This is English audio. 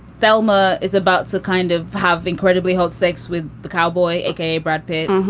thelma is about to kind of have incredibly hot sex with the cowboy, a k a. brad pitt.